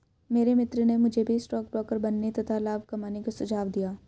मेरे मित्र ने मुझे भी स्टॉक ब्रोकर बनने तथा लाभ कमाने का सुझाव दिया